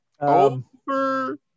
Over